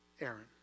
Aaron